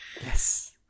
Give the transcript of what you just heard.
Yes